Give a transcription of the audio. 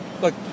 Look